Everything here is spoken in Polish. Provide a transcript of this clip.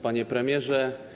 Panie Premierze!